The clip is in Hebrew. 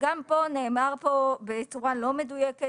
וגם פה נאמר בצורה לא מדויקת